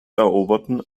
eroberten